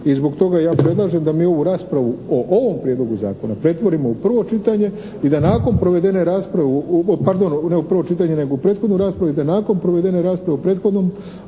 i zbog toga ja predlažem da mi ovu raspravu o ovom prijedlogu zakona pretvorimo u prvo čitanje i da nakon provedene rasprave, pardon ne u prvo čitanje nego u prethodnu raspravu i da nakon provedene rasprave u prethodnom